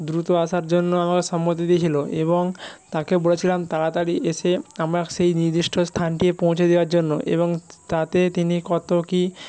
দ্রুত আসার জন্য আমার সম্মতি দিয়েছিলো এবং তাকে বলেছিলাম তাড়াতাড়ি এসে আমার সেই নির্দিষ্ট স্থানটি পৌঁছে দেওয়ার জন্য এবং তাতে তিনি কত কী